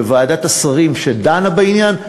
בוועדת השרים שדנה בעניין,